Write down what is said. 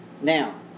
Now